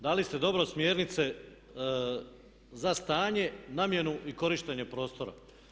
Dali ste dobro smjernice za stanje, namjenu i korištenje prostora.